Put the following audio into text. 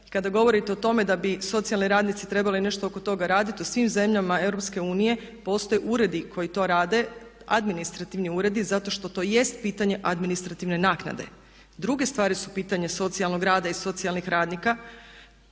kada govorite o tome da bi socijalni radnici trebali nešto oko toga raditi u svim zemljama EU postoje uredi koji to rade, administrativni uredi zato što jest pitanje administrativne naknade. Druge stvari su pitanje socijalnog rada i socijalnih radnika.